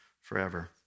forever